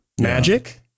Magic